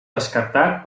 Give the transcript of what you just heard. descartat